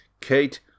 Kate